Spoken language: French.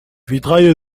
vitrail